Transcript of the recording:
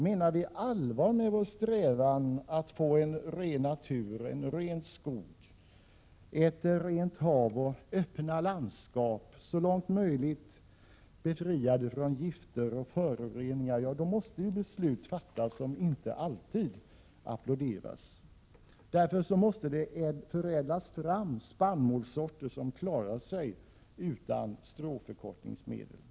Menar vi allvar med vår 2 juni 1988 strävan att få en ren natur, en ren skog, ett rent hav, öppna landskap så långt öiligt befriade från gif HG " å Granskning av statssom möj igt be riade från gifter och föroreningar, måste sådana beslut fattas rådens tjänsteutövning som inte alltid applåderas. Därför måste det förädlas fram spannmålssorter fa som klarar sig utan stråförkortningsmedel.